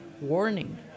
warning